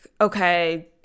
okay